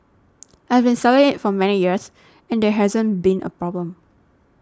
I have been selling it for many years and there hasn't been a problem